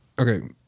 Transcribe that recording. okay